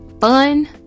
fun